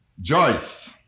Joyce